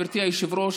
גברתי היושבת-ראש,